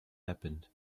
happened